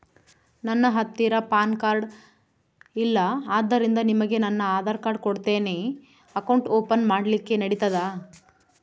ನನ್ನ ಹತ್ತಿರ PAN card ಇಲ್ಲ ಆದ್ದರಿಂದ ನಿಮಗೆ ನನ್ನ ಆಧಾರ್ ಕಾರ್ಡ್ ಕೊಡ್ತೇನಿ ಅಕೌಂಟ್ ಓಪನ್ ಮಾಡ್ಲಿಕ್ಕೆ ನಡಿತದಾ?